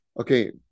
Okay